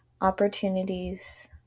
opportunities